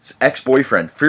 ex-boyfriend